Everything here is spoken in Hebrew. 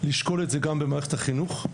לשקול את זה גם במערכת החינוך,